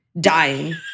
Dying